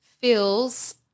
feels